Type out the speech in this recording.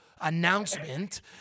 announcement